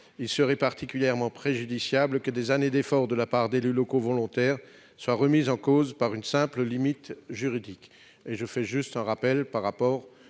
Il serait particulièrement préjudiciable que des années d'efforts de la part d'élus locaux volontaires soient remises en cause par une simple limite juridique. La Cour des comptes a par